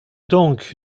donc